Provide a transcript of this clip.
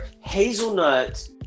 Hazelnut